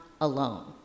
alone